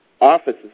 offices